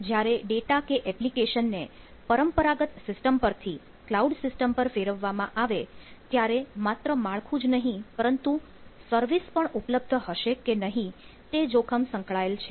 જ્યારે ડેટા કે એપ્લિકેશન ને પરંપરાગત સિસ્ટમ પરથી કલાઉડ સિસ્ટમ પર ફેરવવામાં આવે ત્યારે માત્ર માળખું જ નહીં પરંતુ સર્વિસ પણ ઉપલબ્ધ હશે કે નહીં તે જોખમ સંકળાયેલ છે